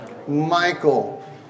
Michael